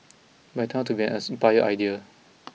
but it turned out to be an inspired idea